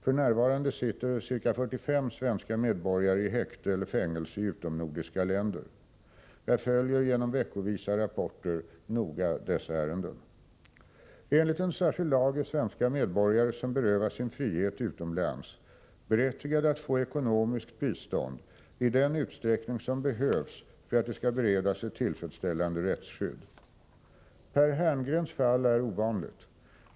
F.n. sitter ca 45 svenska medborgare i häkte eller fängelse i utomnordiska länder. Jag följer genom veckovisa rapporter noga dessa ärenden. Enligt en särskild lag är svenska medborgare som berövas sin frihet utomlands berättigade att få ekonomiskt bistånd i den utsträckning som behövs för att de skall beredas ett tillfredsställande rättsskydd. Per Herngrens fall är ovanligt.